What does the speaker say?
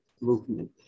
movement